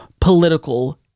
political